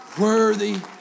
worthy